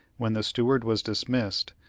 when the steward was dismissed,